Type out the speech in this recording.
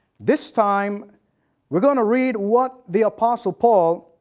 this time we're gonna read what the apostle paul